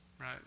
Right